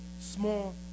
small